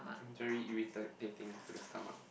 very irritating to the stomach